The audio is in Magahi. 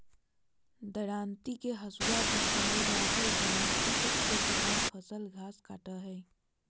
दरांती के हसुआ भी कहल जा हई, दरांती से किसान फसल, घास काटय हई